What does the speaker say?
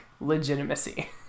legitimacy